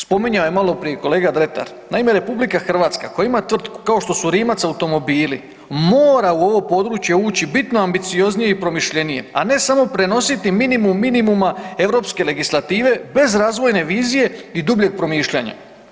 Spominjao je maloprije kolega Dretar, naime RH koja ima tvrtku kao što su Rimac automobili mora u ovo područje uči bitno ambicioznije i promišljenije, a ne samo prenositi minimum, minimuma europske legislative bez razvojne vizije i dubljeg promišljanja.